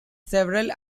several